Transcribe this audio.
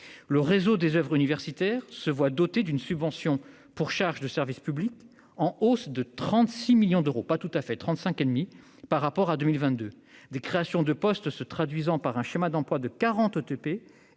Le réseau des oeuvres universitaires se voit doté d'une subvention pour charges de service public en hausse de 35,5 millions d'euros par rapport à 2022. Des créations de postes se traduisant par un schéma d'emploi de 40 ETP